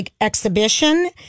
exhibition